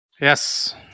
Yes